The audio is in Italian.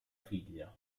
figlia